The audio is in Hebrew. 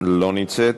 לא נמצאת,